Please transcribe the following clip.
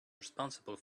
responsible